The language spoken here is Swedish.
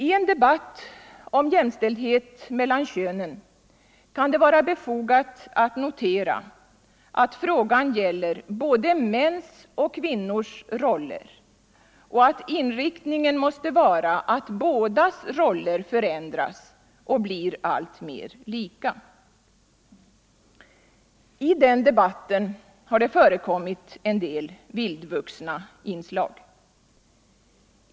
I en debatt om jämställdhet mellan könen kan det vara befogat att notera att frågan gäller både mäns och kvinnors roller och att inriktningen måste vara att bådas roller förändras och blir alltmer lika. I den debatten har det förekommit en del vildvuxna inslag.